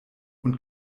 und